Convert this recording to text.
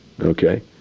Okay